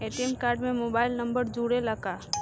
ATM card में mobile number जुरेला का?